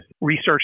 research